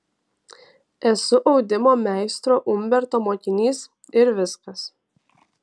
esu audimo meistro umberto mokinys ir viskas